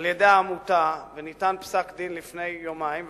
על-ידי העמותה וניתן פסק-דין לפני יומיים.